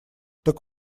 так